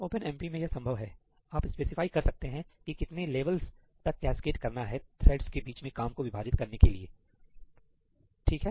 OpenMP में यह संभव है आप स्पेसिफाई कर सकते हैं कि कितने लेवल तक कैस्केड करना है थ्रेड्स के बीच में काम को विभाजित करने के लिए ठीक है